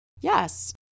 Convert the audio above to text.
Yes